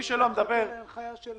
שמי שלא מדבר ------ מחכים להנחיה של